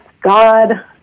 God